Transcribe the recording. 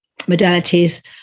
modalities